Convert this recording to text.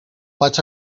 vaig